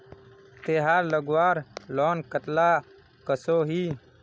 तेहार लगवार लोन कतला कसोही?